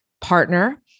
partner